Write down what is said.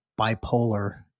bipolar